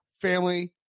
family